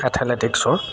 এথলেটিকছৰ